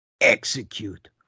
Execute